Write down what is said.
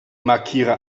markiere